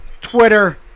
Twitter